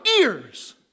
ears